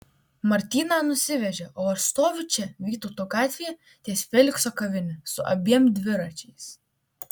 martyną nusivežė o aš stoviu čia vytauto gatvėje ties felikso kavine su abiem dviračiais